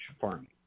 farming